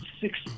six